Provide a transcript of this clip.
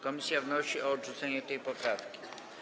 Komisja wnosi o odrzucenie tej poprawki.